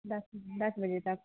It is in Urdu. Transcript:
دس دس بجے تک